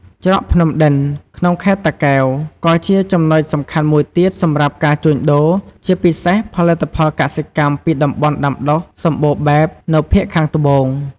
ច្រកភ្នំដិន ក្នុងខេត្តតាកែវ ក៏ជាចំណុចសំខាន់មួយទៀតសម្រាប់ការជួញដូរ ជាពិសេសផលិតផលកសិកម្មពីតំបន់ដាំដុះសម្បូរបែបនៅភាគខាងត្បូង។